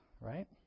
Right